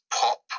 pop